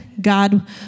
God